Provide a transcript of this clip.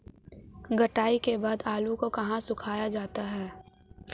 कटाई के बाद आलू को कहाँ सुखाया जाता है?